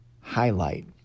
highlight